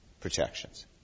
protections